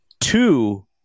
two